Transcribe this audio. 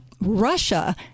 Russia